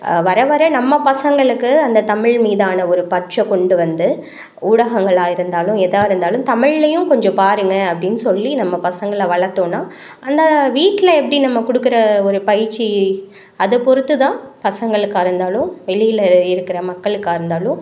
வர வர நம்ம பசங்களுக்கு அந்த தமிழ் மீதான ஒரு பற்றை கொண்டு வந்து ஊடகங்களாக இருந்தாலும் எதாக இருந்தாலும் தமிழ்லையும் கொஞ்சம் பாருங்கள் அப்படின்னு சொல்லி நம்ம பசங்களை வளர்த்தோன்னா அந்த வீட்டில எப்படி நம்ம குடுக்கிற ஒரு பயிற்சி அதை பொறுத்து தான் பசங்களுக்காக இருந்தாலும் வெளியில இருக்கிற மக்களுக்காக இருந்தாலும்